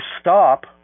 stop